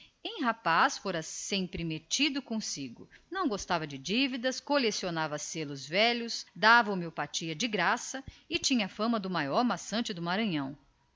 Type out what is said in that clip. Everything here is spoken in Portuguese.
em rapaz era já metido consigo não gostava de dever a ninguém colecionava selos velhos dava homeopatia de graça aos amigos e tinha a fama do maior maçante do maranhão